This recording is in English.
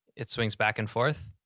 it swings back and forth.